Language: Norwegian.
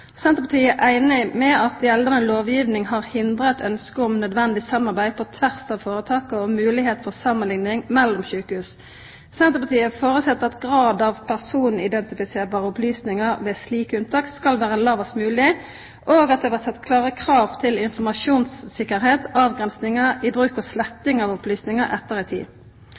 Senterpartiet er einig i at gjeldande lovgiving har hindra eit ønske om nødvendig samarbeid på tvers av føretaka og moglegheit for samanlikning mellom sjukehus. Senterpartiet føreset at graden av personidentifiserande opplysningar ved slike unntak skal vera lågast mogleg, og at det blir sett klare krav til informasjonssikkerheit, avgrensingar i bruk og sletting av opplysningar etter ei tid.